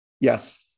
Yes